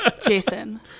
Jason